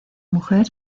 mujer